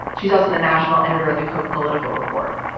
she's also the national editor at the cook political report.